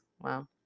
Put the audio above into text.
Wow